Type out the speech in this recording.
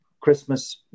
Christmas